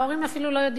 וההורים אפילו לא יודעים,